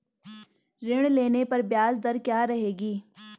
ऋण लेने पर ब्याज दर क्या रहेगी?